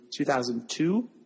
2002